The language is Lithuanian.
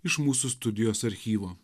iš mūsų studijos archyvo